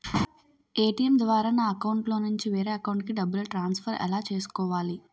ATM ద్వారా నా అకౌంట్లోనుంచి వేరే అకౌంట్ కి డబ్బులు ట్రాన్సఫర్ ఎలా చేసుకోవాలి?